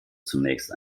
zunächst